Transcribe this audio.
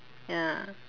ya